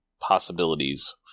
possibilities